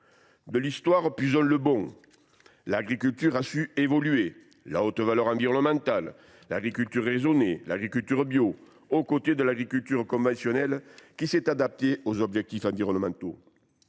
De l’histoire, puisons le bon. L’agriculture a su évoluer, avec la haute valeur environnementale et les agricultures raisonnée et bio, aux côtés d’une agriculture conventionnelle, qui s’est adaptée aux objectifs environnementaux.